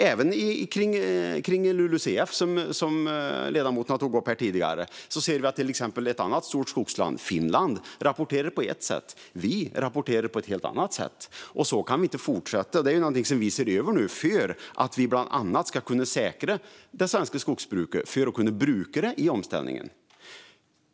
Även när det gäller LULUCF, som ledamoten tog upp tidigare, ser vi att ett annat stort skogsland, Finland, rapporterar på ett sätt, och Sverige rapporterar på ett helt annat sätt. Så kan vi inte fortsätta. Det här ser vi nu över så att vi bland annat kan säkra det svenska skogsbruket för att kunna bruka skogen i omställningen.